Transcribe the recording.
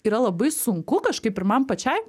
yra labai sunku kažkaip ir man pačiai